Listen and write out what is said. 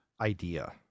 idea